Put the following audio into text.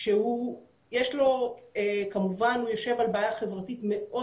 שהוא יושב כמובן על בעיה חברתית מאוד